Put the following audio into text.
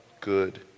good